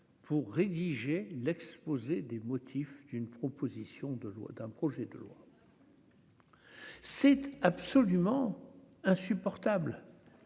pour rédiger l'exposé des motifs d'une proposition de loi d'un projet de loi, c'est absolument insupportable